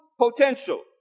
potential